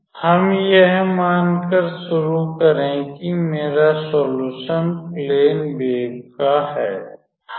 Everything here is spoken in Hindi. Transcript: तो हम यह मानकर शुरू करें कि मेरा सोल्युशन प्लेन वेव का है